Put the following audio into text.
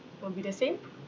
will be the same